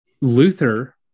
Luther